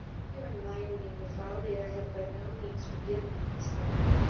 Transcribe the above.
you remind me of a folly i have by no means forgiven in myself.